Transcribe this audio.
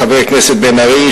חבר הכנסת בן-ארי,